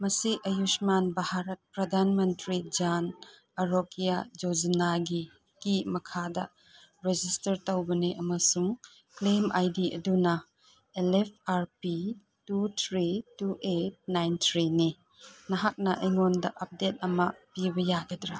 ꯃꯁꯤ ꯑꯌꯨꯁꯃꯥꯟ ꯚꯥꯔꯠ ꯄ꯭ꯔꯗꯥꯟ ꯃꯟꯇ꯭ꯔꯤ ꯖꯥꯟ ꯑꯔꯣꯒ꯭ꯌꯥ ꯌꯣꯖꯅꯥꯒꯤ ꯀꯤ ꯃꯈꯥꯗ ꯔꯦꯖꯤꯁꯇꯔ ꯇꯧꯕꯅꯤ ꯑꯃꯁꯨꯡ ꯀ꯭ꯂꯦꯝ ꯑꯥꯏ ꯗꯤ ꯑꯗꯨꯅ L F R P two three two eight nine ꯊ꯭ꯔꯤꯅꯤ ꯅꯍꯥꯛꯅ ꯑꯩꯉꯣꯟꯗ ꯑꯞꯗꯦꯠ ꯑꯃ ꯄꯤꯕ ꯌꯥꯒꯗ꯭ꯔꯥ